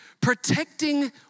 protecting